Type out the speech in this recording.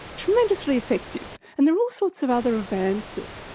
tremendously effective. and there are all sorts of other advances.